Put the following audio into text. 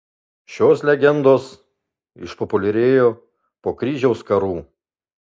šios legendos išpopuliarėjo po kryžiaus karų